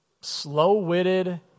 slow-witted